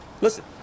Listen